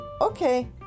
Okay